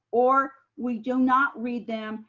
or we do not read them,